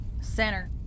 center